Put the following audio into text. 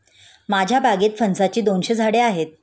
माझ्या बागेत फणसाची दोनशे झाडे आहेत